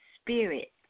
spirit